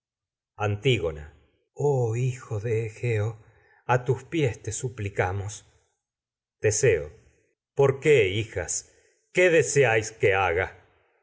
antígona oh hijo de egeo a tus pies te supli camos teseo porqué hijas qué deseáis que haga